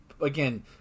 Again